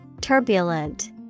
Turbulent